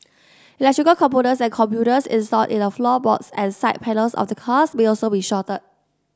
electrical components and computers installed in the floorboards and side panels of the cars may also be shorted